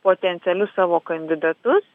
potencialius savo kandidatus